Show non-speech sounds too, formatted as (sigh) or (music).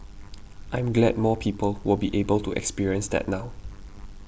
(noise) I'm glad more people will be able to experience that now